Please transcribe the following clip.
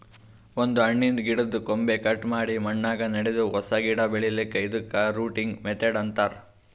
ಒಂದ್ ಹಣ್ಣಿನ್ದ್ ಗಿಡದ್ದ್ ಕೊಂಬೆ ಕಟ್ ಮಾಡಿ ಮಣ್ಣಾಗ ನೆಡದು ಹೊಸ ಗಿಡ ಬೆಳಿಲಿಕ್ಕ್ ಇದಕ್ಕ್ ರೂಟಿಂಗ್ ಮೆಥಡ್ ಅಂತಾರ್